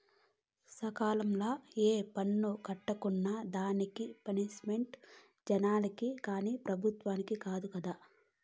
సకాలంల ఏ పన్ను కట్టుకున్నా దానికి పనిష్మెంటు జనాలకి కానీ పెబుత్వలకి కాదు కదా